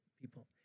people